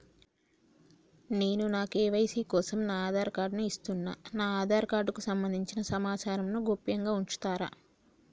నేను నా కే.వై.సీ కోసం నా ఆధార్ కార్డు ను ఇస్తున్నా నా ఆధార్ కార్డుకు సంబంధించిన సమాచారంను గోప్యంగా ఉంచుతరా?